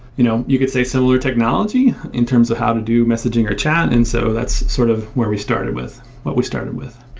you know you could say, similar technology in terms of how to do messaging or chat. and so that's sort of where we started with, what we started with.